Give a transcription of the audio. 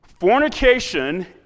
fornication